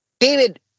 David